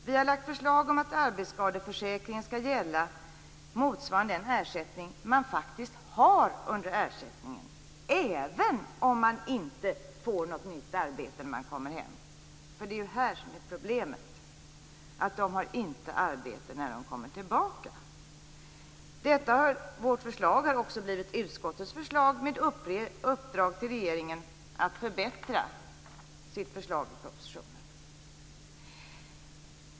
Vi har lagt fram förslag om att arbetsskadeförsäkringen skall ge en summa motsvarande den ersättning man faktiskt har under tjänstgöringen, även om man inte får något nytt arbete när man kommer hem. Det är det som är problemet. De har inte arbete när de kommer tillbaka. Vårt förslag har också blivit utskottets förslag. Regeringen har fått i uppdrag att förbättra sitt förslag i propositionen.